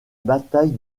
bataille